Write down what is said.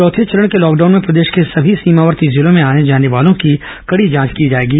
चौथे चरण के तॉकडाउन में प्रदेश के सभी सीमावर्ती जिलों में आने जाने वालों की कड़ी जांच की जाएगी